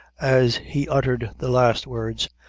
as he uttered the last words,